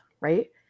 right